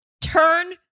turn